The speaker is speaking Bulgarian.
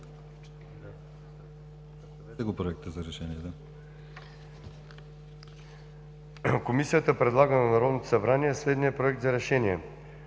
г., и предлага на Народното събрание следния проект за решение: